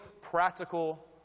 practical